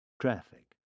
Traffic